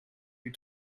you